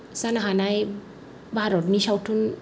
जानो हानाय भारतनि सावथुन